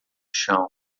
chão